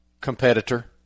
competitor